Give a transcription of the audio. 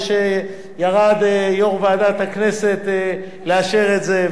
ירד יושב-ראש ועדת הכנסת לאשר את זה.